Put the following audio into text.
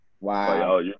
Wow